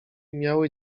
miały